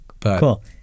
cool